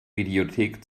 videothek